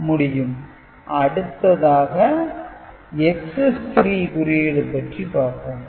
Bn Gn Bi Bi1 ⊕ Gi for i n அடுத்ததாக "Excess - 3" குறியீடு பற்றி பார்ப்போம்